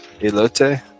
Elote